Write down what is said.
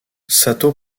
satō